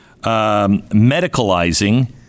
Medicalizing